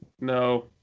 no